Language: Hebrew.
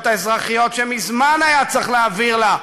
האזרחיות שמזמן היה צריך להעביר לה,